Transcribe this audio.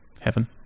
heaven